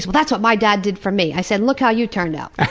that's what my dad did for me! i said, look how you turned out.